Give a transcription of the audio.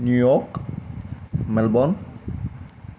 New York Melbourne